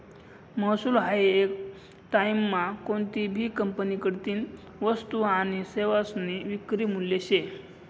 महसूल हायी येक टाईममा कोनतीभी कंपनीकडतीन वस्तू आनी सेवासनी विक्री मूल्य शे